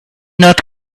not